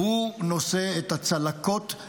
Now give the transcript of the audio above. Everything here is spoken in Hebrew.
נושא את הצלקות,